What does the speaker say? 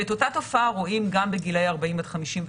ואת אותה תופעה רואים גם בגילי 40 59,